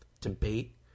debate